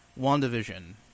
WandaVision